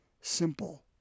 simple